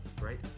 right